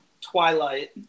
Twilight